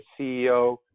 CEO